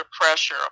pressure